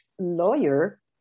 lawyer